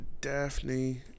Daphne